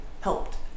helped